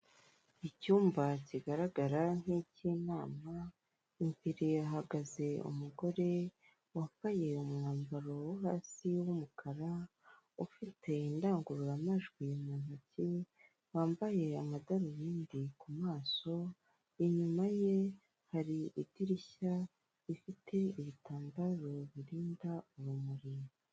Icyumba kigaragara nk' ik'inama, imbere hahagaze umugore wambaye umwambaro wo hasi w'umukara, ufite indangururamajwi mu ntoki, wambaye amadarubindi ku maso, inyuma ye hari idirishya rifite ibitambaro birinda urumuri.